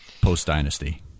post-Dynasty